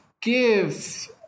give